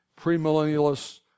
Premillennialists